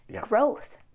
growth